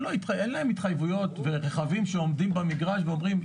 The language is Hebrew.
אין להם התחייבויות ורכבים שעומדים במגרש ואומרים,